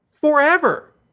forever